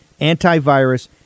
antivirus